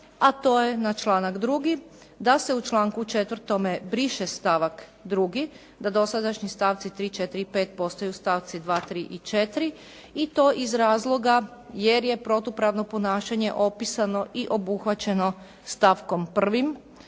A to je na članak 2. da se u članku 4. briše stavak 2., da dosadašnji stavci 3., 4. i 5. postaju stavci 2., 3. i 4. i to iz razloga jer je protupravno ponašanje opisano i obuhvaćeno stavkom 1.